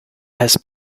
has